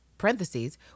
Parentheses